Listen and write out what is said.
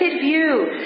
view